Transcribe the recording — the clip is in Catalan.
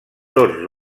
tots